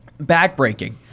backbreaking